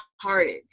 hearted